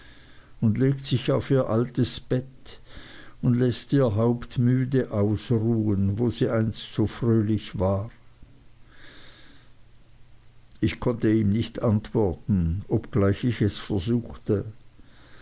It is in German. und legt sich hin auf ihr altes bett und läßt ihr haupt müde ausruhen wo sie einst so fröhlich war ich konnte ihm nicht antworten obgleich ich es versuchte